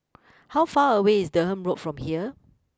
how far away is Durham Road from here